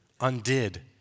undid